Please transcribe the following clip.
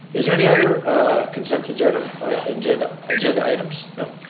is there any other consent agenda agenda agenda items? no.